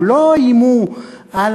הם לא איימו על